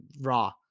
Raw